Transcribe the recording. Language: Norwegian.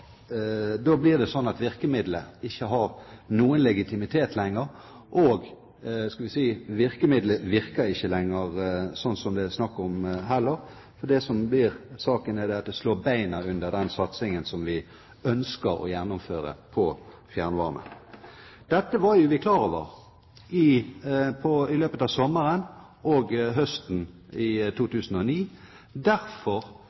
Da blir det slik at virkemiddelet ikke har noen legitimitet lenger. Virkemiddelet virker ikke lenger slik det er snakk om. Det som blir saken, er at det slår bena under den satsingen som vi ønsker å gjennomføre i forbindelse med fjernvarme. Dette ble vi jo klar over i løpet av sommeren og høsten 2009. Derfor ble det tatt opp i behandlingen av statsbudsjettet. Derfor